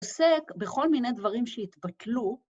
עוסק בכל מיני דברים שהתבטלו.